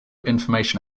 information